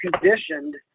conditioned